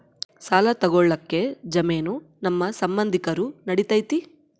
ಸಾಲ ತೊಗೋಳಕ್ಕೆ ಜಾಮೇನು ನಮ್ಮ ಸಂಬಂಧಿಕರು ನಡಿತೈತಿ?